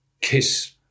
kiss